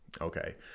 Okay